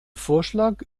vorschlag